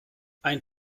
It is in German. ein